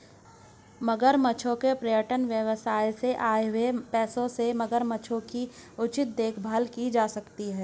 मगरमच्छों के पर्यटन व्यवसाय से आए हुए पैसों से मगरमच्छों की उचित देखभाल की जा सकती है